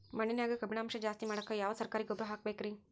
ಮಣ್ಣಿನ್ಯಾಗ ಕಬ್ಬಿಣಾಂಶ ಜಾಸ್ತಿ ಮಾಡಾಕ ಯಾವ ಸರಕಾರಿ ಗೊಬ್ಬರ ಹಾಕಬೇಕು ರಿ?